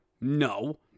No